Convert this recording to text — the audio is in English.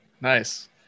Nice